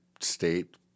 state